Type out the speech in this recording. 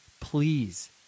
Please